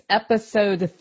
episode